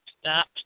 Stop